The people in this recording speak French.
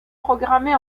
programmée